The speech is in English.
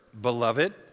beloved